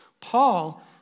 Paul